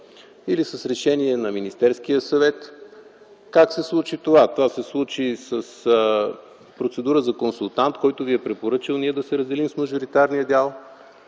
или с решение на Министерския съвет? Как се случи това? Това се случи с процедура за консултант, който ви е препоръчал ние да се разделим с мажоритарния дял.